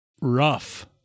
Rough